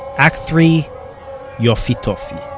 act three yoffi toffi.